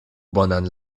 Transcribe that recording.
bonan